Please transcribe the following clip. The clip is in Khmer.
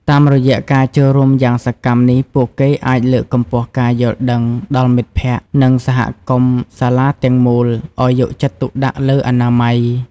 តាមរយៈការចូលរួមយ៉ាងសកម្មនេះ ពួកគេអាចលើកកម្ពស់ការយល់ដឹងដល់មិត្តភក្តិ និងសហគមន៍សាលាទាំងមូលឲ្យយកចិត្តទុកដាក់លើអនាម័យ។